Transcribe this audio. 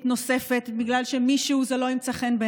נוספת בגלל שבעיני מישהו זה לא ימצא חן.